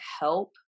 help